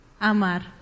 Amar